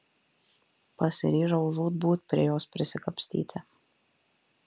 pasiryžau žūtbūt prie jos prisikapstyti